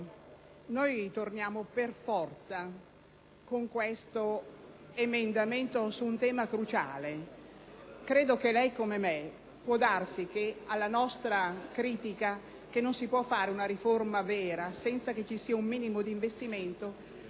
8.3 torniamo per forza su un tema cruciale. Credo che lei, come me, abbia sentito che alla nostra critica che non si può fare una riforma vera senza che ci sia un minimo di investimento